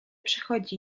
przechodzi